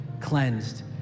cleansed